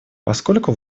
поскольку